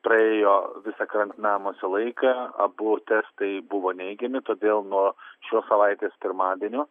praėjo visą karantinavimosi laiką abu testai buvo neigiami todėl nuo šios savaitės pirmadienio